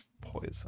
Poison